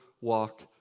walk